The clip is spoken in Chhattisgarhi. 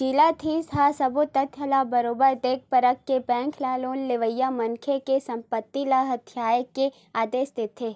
जिला न्यायधीस ह सब्बो तथ्य ल बरोबर देख परख के बेंक ल लोन लेवइया मनखे के संपत्ति ल हथितेये के आदेश देथे